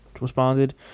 responded